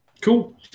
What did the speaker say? Cool